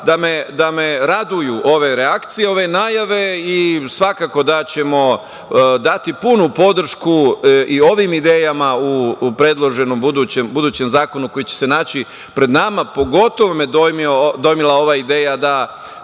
da me raduju ove reakcije, ove najave i svakako da ćemo dati punu podršku i ovim idejama u predloženom budućem zakonu koji će se naći pred nama, pogotovo me dojmila ova ideja da